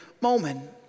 moment